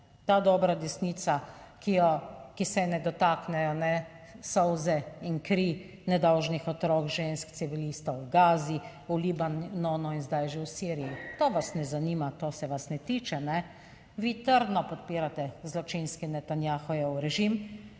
Ta dobra desnica, ki se je ne dotaknejo ne solze in kri nedolžnih otrok, žensk, civilistov v Gazi, v Libanonu in zdaj že v Siriji. To vas ne zanima, to se vas ne tiče. Vi trdno podpirate zločinski Netanjahujev režim,